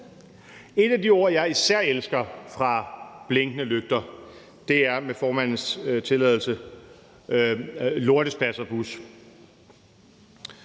Et af de ord, jeg især elsker fra »Blinkende lygter«, er – med formandens tilladelse – »lortespasserbus«.